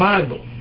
Bible